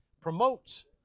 promotes